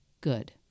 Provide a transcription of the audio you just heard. good